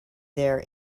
there